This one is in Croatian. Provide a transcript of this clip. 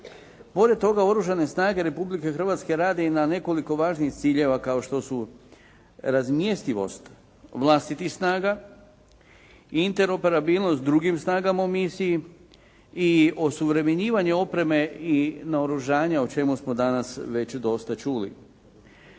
Pored toga, Oružane snage Republike Hrvatske rade i na nekoliko važnih ciljeva kao što su razmjestivost vlastitih snaga, interoperabilnost s drugim snagama u misiji i osuvremenjivanje opreme i naoružanja, o čemu smo danas već dosta čuli.